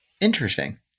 interesting